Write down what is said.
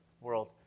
world